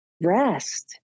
rest